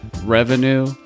revenue